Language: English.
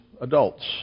adults